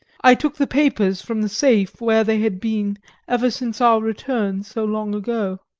i took the papers from the safe where they had been ever since our return so long ago.